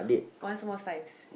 one small size